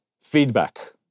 feedback